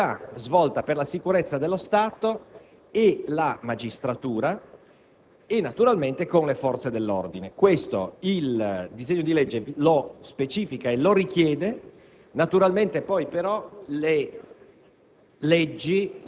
l'attività svolta per la sicurezza dello Stato, la magistratura e, ovviamente, le forze dell'ordine. Questo il disegno di legge lo specifica e lo richiede; naturalmente poi però le